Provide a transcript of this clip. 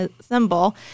symbol